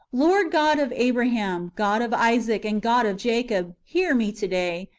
lord god of abraham, god of isaac, and god of jacob, hear me to-day,